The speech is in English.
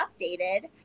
updated